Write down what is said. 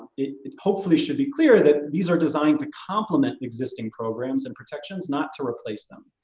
it it hopefully should be clear that these are designed to compliment existing programs and protections not to replace them.